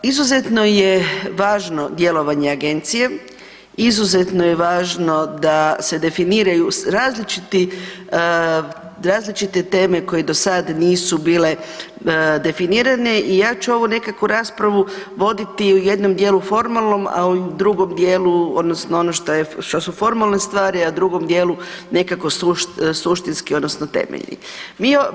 Izuzetno je važno djelovanje agencije, izuzetno je važno da se definiraju različite teme koje do sad nisu bile definirane i ja ću ovu nekako raspravu voditi u jednom dijelu formalnom, a u drugom dijelu, odnosno ono što su formalne stvari, a u drugom dijelu nekako suštinski odnosno temeljni.